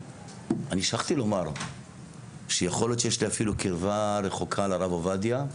אני שכחתי לומר שיכול להיות שיש לי אפילו קרבה רחוקה לרב עובדיה.